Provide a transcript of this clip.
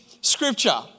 Scripture